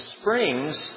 springs